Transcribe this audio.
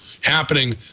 happening